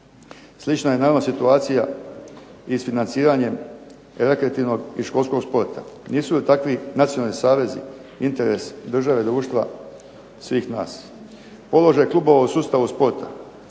Slična je naravno situacija i financiranje rekreativnog i školskog sporta. Nisu li takvi nacionalni savezi interes države, društva, svih nas. Položaj klubova u sustavu sporta.